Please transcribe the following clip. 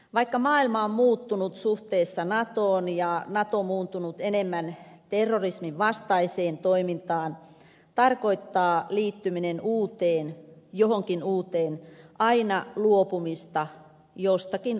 vaikka maailma on muuttunut suhteessa natoon ja nato muuntunut enemmän terrorisminvastaiseksi toimijaksi tarkoittaa liittyminen johonkin uuteen aina luopumista jostakin omasta